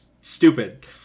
stupid